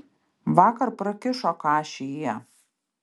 vakar prakišo kašį jie